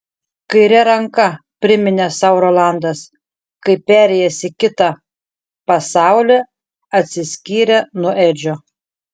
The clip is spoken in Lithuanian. kaire ranka priminė sau rolandas kai perėjęs į kitą pasaulį atsiskyrė nuo edžio